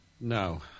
No